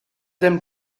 them